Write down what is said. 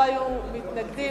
לא היו מתנגדים,